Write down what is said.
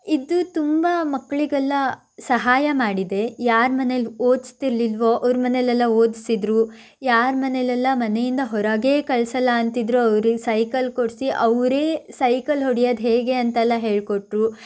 ಇದು ತುಂಬ ಮಕ್ಕಳಿಗೆಲ್ಲ ಸಹಾಯ ಮಾಡಿದೆ ಯಾರ ಮನೇಲಿ ಓದ್ಸ್ತಿರ್ಲಿಲ್ವೋ ಅವರ ಮನೆಯಲ್ಲೆಲ್ಲ ಓದಿಸಿದರು ಯಾರ ಮನೆಯಲ್ಲೆಲ್ಲ ಮನೆಯಿಂದ ಹೊರಗೇ ಕಳಿಸಲ್ಲ ಅಂತಿದ್ದರೋ ಅವರಿಗೆ ಸೈಕಲ್ ಕೊಡಿಸಿ ಅವರೇ ಸೈಕಲ್ ಹೊಡ್ಯೋದು ಹೇಗೆ ಅಂತೆಲ್ಲ ಹೇಳ್ಕೊಟ್ರು